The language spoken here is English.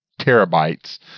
terabytes